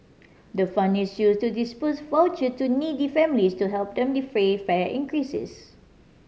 the fund is used to disburse voucher to needy families to help them defray fare increases